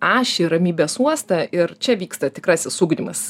ašį ramybės uostą ir čia vyksta tikrasis ugdymas